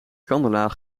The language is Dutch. kandelaar